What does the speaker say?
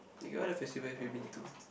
Okay what other festival have you been to